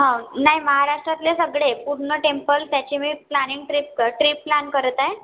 हो नाही महाराष्ट्रातले सगळे पूर्ण टेम्पल त्याची मी प्लॅनिंग ट्रिप क ट्रिप प्लॅन करत आहे